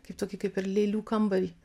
kaip tokį kaip ir lėlių kambarį